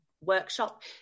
workshop